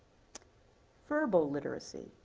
verbal literacy,